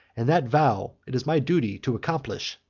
and that vow it is my duty to accomplish.